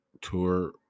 tour